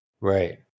Right